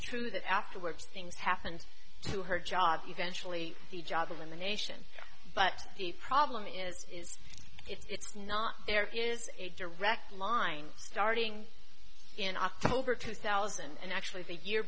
that afterwards things happened to her job eventually the job elimination but the problem is is it's not there is a direct line starting in october two thousand and actually the year